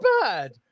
bad